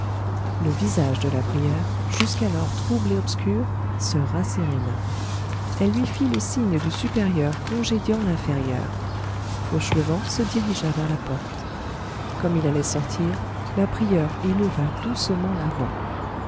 le visage de la prieure jusqu'alors trouble et obscur se rasséréna elle lui fit le signe du supérieur congédiant l'inférieur fauchelevent se dirigea vers la porte comme il allait sortir la prieure éleva doucement la voix